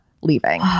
leaving